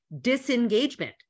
disengagement